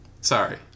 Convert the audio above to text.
Sorry